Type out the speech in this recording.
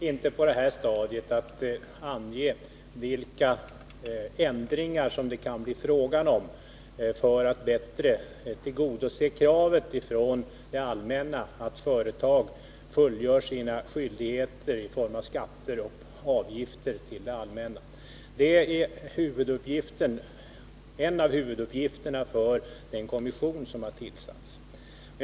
Herr talman! Det går inte att på detta stadium ange vilka ändringar som det kan bli fråga om för att bättre tillgodose kravet från det allmänna att företag fullgör sina skyldigheter i form av skatter och avgifter till det allmänna. Det är en av huvuduppgifterna för den kommission som har tillsatts.